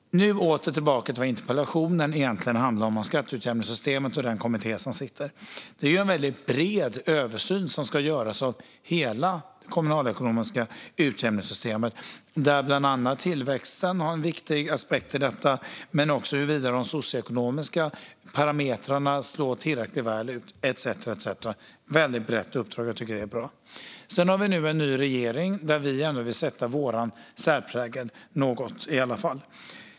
Nu åter tillbaka till vad interpellationen egentligen handlar om, nämligen skatteutjämningssystemet och sittande kommitté. En bred översyn ska göras av hela det kommunalekonomiska utjämningssystemet, där bland annat tillväxten är en viktig aspekt, liksom huruvida de socioekonomiska parametrarna slår tillräckligt väl ut. Det är ett brett uppdrag, och det tycker jag är bra. Nu är det en ny regering där vi vill sätta vår särprägel - något i alla fall.